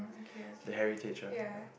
the heritage ah yeah